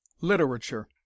Literature